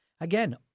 Again